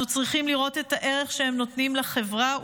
אנחנו צריכים לראות את הערך שהם נותנים לחברה,